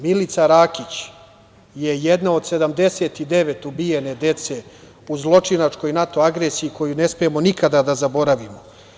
Milica Rakić je jedna od 79 ubijene dece u zločinačkoj NATO agresiji koju ne smemo nikada da zaboravimo.